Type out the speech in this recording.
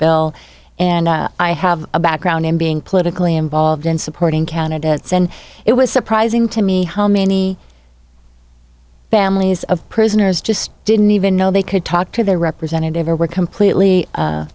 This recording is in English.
bill and i have a background in being politically involved in supporting candidates and it was surprising to me how many families of prisoners just didn't even know they could talk to their representative or were completely